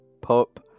Pop